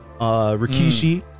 Rikishi